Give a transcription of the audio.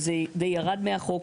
וזה די ירד מהחוק.